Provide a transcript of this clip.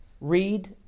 Read